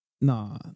nah